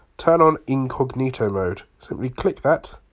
turn on incognito mode. so we click that